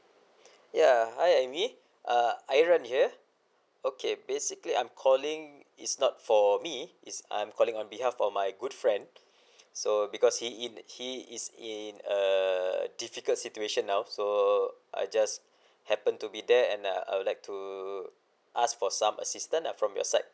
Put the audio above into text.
ya hi amy uh aaron here okay basically I'm calling is not for me is I'm calling on behalf for my good friend so because he is he is in a difficult situation now so I just happen to be there and I would like to ask for some assistant ah from your side